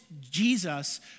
Jesus